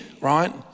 right